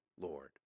Lord